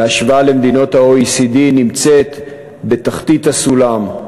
בהשוואה למדינות ה-OECD, נמצאת בתחתית הסולם,